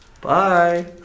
Bye